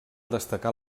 destacar